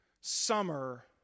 summer